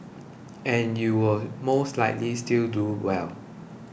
and you will most likely still do well